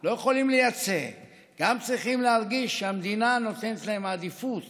לא יכולים לייצא צריכים גם להרגיש שהמדינה נותנת להם עדיפות